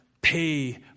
pay